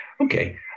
Okay